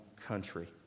country